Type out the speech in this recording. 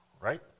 right